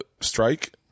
strike